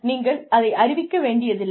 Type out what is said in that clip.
நீங்கள் அதை அறிவிக்க வேண்டியதில்லை